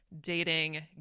dating